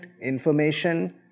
information